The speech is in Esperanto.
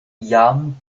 jam